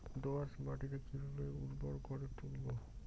দোয়াস মাটি কিভাবে উর্বর করে তুলবো?